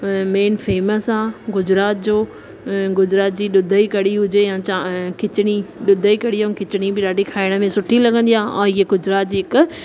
main famous आहे गुजरात जो गुजरात जी ॾुध जी कढ़ी हुजे या चा खिचड़ी ॾुध जी कढ़ी ऐं खिचड़ी बि ॾाढी खाइण में सुठी लॻंदी आहे ऐं इहे गुजरात जी हिकु